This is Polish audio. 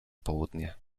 południe